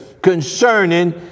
concerning